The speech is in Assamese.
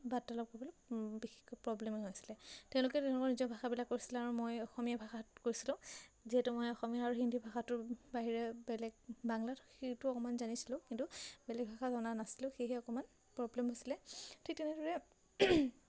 বাৰ্তালাপ কৰিবলৈ বিশেষকৈ প্ৰব্লেম হৈছিলে তেওঁলোকে তেওঁলোকৰ নিজৰ ভাষাবিলাক কৈছিলে আৰু মই অসমীয়া ভাষাত কৈছিলোঁ যিহেতু মই অসমীয়া আৰু হিন্দী ভাষাটোৰ বাহিৰে বেলেগ বাংলাত সেইটো অকণমান জানিছিলোঁ কিন্তু বেলেগ ভাষা জনা নাছিলোঁ সেয়েহে অকণমান প্ৰব্লেম হৈছিলে ঠিক তেনেদৰে